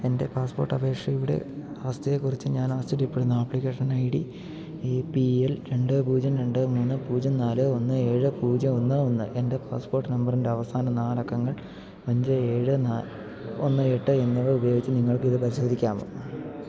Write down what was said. എന്റെ പാസ്പോർട്ട് അപേക്ഷയുടെ അവസ്ഥയെക്കുറിച്ച് ഞാനാശ്ചര്യപ്പെടുന്നു ആപ്ലിക്കേഷന് I D A P L രണ്ട് പൂജ്യം രണ്ട് മൂന്ന് പൂജ്യം നാല് ഒന്ന് ഏഴ് പൂജ്യം ഒന്ന് ഒന്ന് എന്റെ പാസ്പോർട്ട് നമ്പറിന്റെ അവസാന നാലക്കങ്ങൾ അഞ്ച് ഏഴ് ഒന്ന് എട്ട് എന്നിവയുപയോഗിച്ച് നിങ്ങൾക്കിത് പരിശോധിക്കാമോ